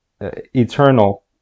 eternal